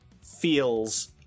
feels